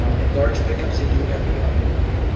and large pick ups, they do every other week.